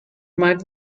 might